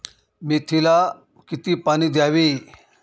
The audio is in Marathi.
मेथीला किती पाणी द्यावे?